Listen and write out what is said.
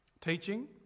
Teaching